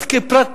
את הפופוליזם,